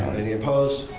any opposed?